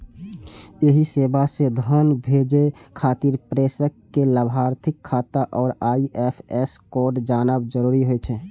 एहि सेवा सं धन भेजै खातिर प्रेषक कें लाभार्थीक खाता आ आई.एफ.एस कोड जानब जरूरी होइ छै